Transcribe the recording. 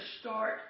start